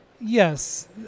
yes